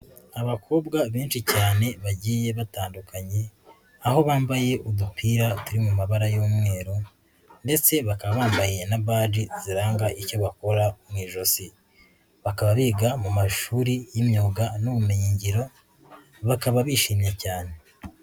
Abakobwa benshi cyane bagiye batandukanye aho bambaye udupira turi mu mabara y'umweru ndetse bakaba bambaye na baji ziranga icyo bakora mu ijosi. Bakaba biga mu mashuri y'imyuga n'ubumenyingiro bakaba bishimye cyane.